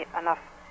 enough